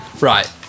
right